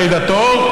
תודה, גברתי.